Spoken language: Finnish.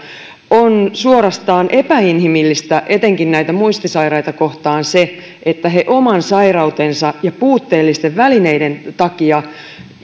on suorastaan epäinhimillistä etenkin näitä muistisairaita kohtaan että he oman sairautensa ja puutteellisten välineiden takia